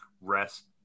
rest